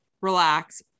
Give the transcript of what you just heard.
relax